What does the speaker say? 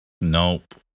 Nope